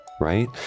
right